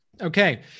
Okay